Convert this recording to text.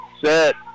set